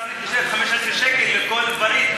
15 שקל לכל הדברים.